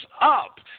up